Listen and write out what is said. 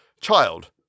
Child